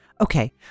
Okay